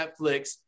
Netflix